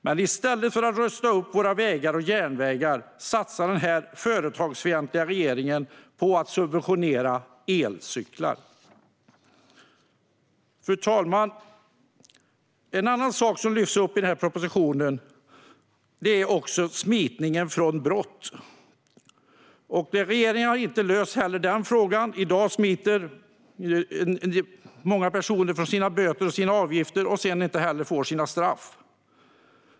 Men i stället för att rusta upp våra vägar och järnvägar satsar den här företagsfientliga regeringen på att subventionera elcyklar. Fru talman! En annan sak som lyfts fram i propositionen är smitning från brott. Regeringen har inte heller löst den frågan. I dag smiter många personer från sina böter och avgifter och får sedan inte något straff.